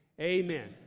amen